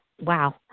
Wow